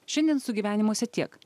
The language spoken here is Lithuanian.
šiandien sugyvenimuose tiek